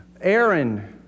Aaron